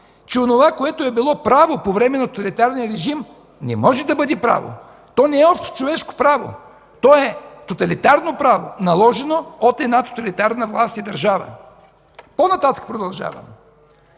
че онова, което е било право по време на тоталитарния режим, не може да бъде право, то не е общочовешко право, то е тоталитарно право, наложено от една тоталитарна власт и държава. Продължавам